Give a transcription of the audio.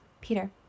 peter